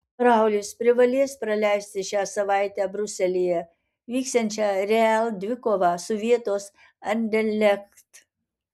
raulis privalės praleisti šią savaitę briuselyje vyksiančią real dvikovą su vietos anderlecht